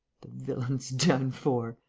villain's done for,